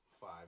Five